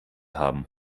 haben